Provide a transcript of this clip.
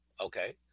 Okay